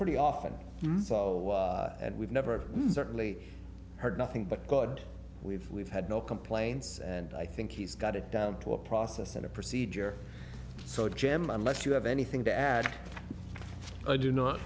pretty often and we've never certainly heard nothing but we've we've had no complaints and i think he's got it down to a process and a procedure so jam unless you have anything to add i do not